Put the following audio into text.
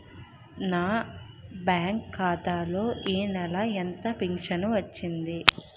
నా బ్యాంక్ ఖాతా లో ఈ నెల ఎంత ఫించను వచ్చింది?